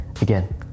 Again